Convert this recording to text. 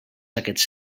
aquests